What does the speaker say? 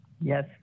Yes